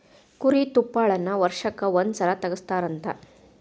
ಕುರಿ ತುಪ್ಪಳಾನ ವರ್ಷಕ್ಕ ಒಂದ ಸಲಾ ತಗಸತಾರಂತ